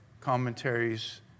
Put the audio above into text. Commentaries